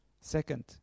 Second